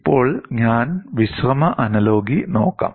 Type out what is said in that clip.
ഇപ്പോൾ ഞാൻ വിശ്രമ അനലോഗി നോക്കാം